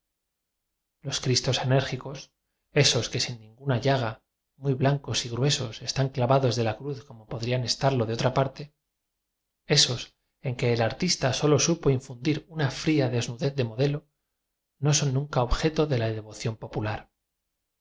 los cristos enérgicos esos que sin nin guna llaga muy blancos y gruesos están clavados de la cruz como podían estarlo de otra parte esos en que el artista solo supo infundir una fría desnudez de modelo no son nunca objeto de la devoción